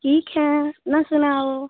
ठीक हैं ना सुनाओ